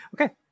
Okay